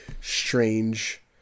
strange